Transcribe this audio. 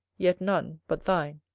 yet none but thine.